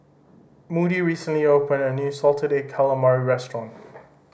Moody recently opened a new salted egg calamari restaurant